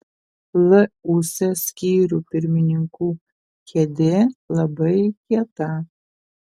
lūs skyrių pirmininkų kėdė labai kieta